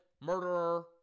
murderer